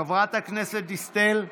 חברת הכנסת דיסטל,